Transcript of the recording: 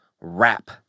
rap